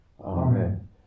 Amen